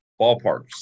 Ballparks